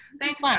thanks